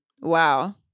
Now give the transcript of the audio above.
Wow